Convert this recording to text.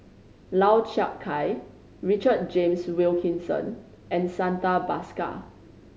Lau Chiap Khai Richard James Wilkinson and Santha Bhaskar